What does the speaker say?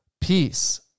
peace